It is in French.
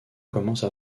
commence